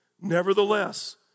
Nevertheless